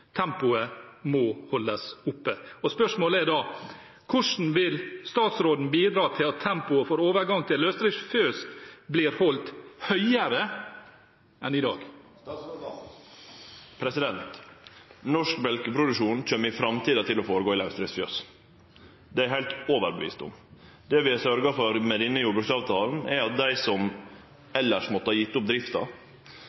Tempoet må holdes oppe. Spørsmålet er da: Hvordan vil statsråden bidra til at tempoet i overgangen til løsdriftsfjøs blir holdt høyere enn i dag? Norsk mjølkeproduksjon kjem i framtida til å finne stad i lausdriftsfjøs. Det er eg heilt overtydd om. Det vi har sørgt for med denne jordbruksavtalen, er at dei som